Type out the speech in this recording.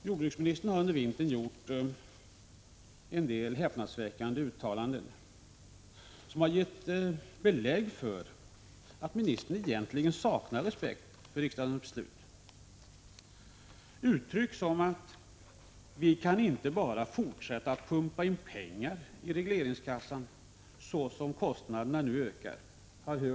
Jordbruksministern har under vintern gjort en del häpnadsväckande uttalanden, som har gett belägg för att ministern egentligen saknar respekt för riksdagens beslut. Från jordbruksdepartementet har hörts uttryck som att vi bara inte kan fortsätta att pumpa in pengar i regleringskassan såsom kostnaderna nu ökar.